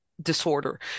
disorder